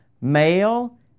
male